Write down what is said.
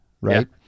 right